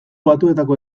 batuetako